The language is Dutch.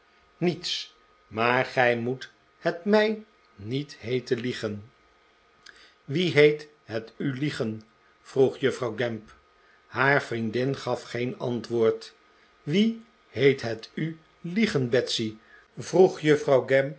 niets maar gij moet het mij niet heeten liegen wie heet het u liegen vroeg juffrouw gamp haar vriendin gaf geen antwoord wie heet het u liegen betsy vroeg juffrouw